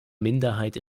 minderheit